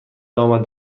آمد